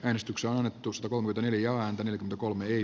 äänestykseannetusta kohde neljä ääntä ja kolme ii